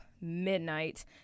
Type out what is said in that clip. midnight